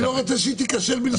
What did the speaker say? אני לא רוצה שהיא תיכשל בלשונה.